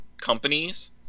companies